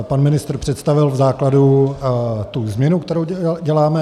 Pan ministr představil v základu tu změnu, kterou děláme.